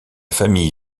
famille